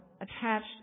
attached